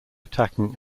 attacking